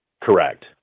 Correct